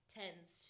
tends